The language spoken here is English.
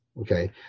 Okay